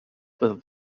with